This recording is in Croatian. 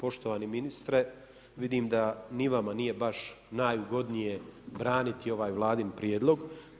Poštovani ministre, vidim da ni vama nije baš najugodnije braniti ovaj vladin prijedlog.